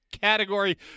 category